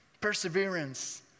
Perseverance